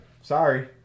Sorry